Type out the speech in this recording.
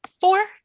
Four